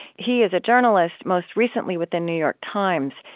he is a journalist, most recently with the new york times,